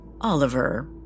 Oliver